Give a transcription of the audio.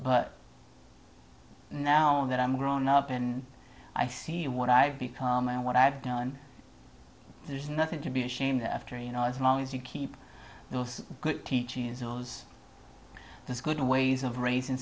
but now that i'm grown up in i see what i've become and what i've done there's nothing to be ashamed after you know as long as you keep those good teaching is those there's good ways of raising